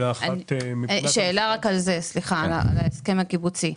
שאלה על זה, על ההסכם הקיבוצי.